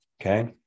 okay